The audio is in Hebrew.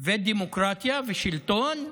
ודמוקרטיה ושלטון,